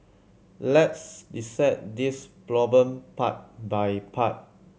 let's dissect this problem part by part